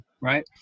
right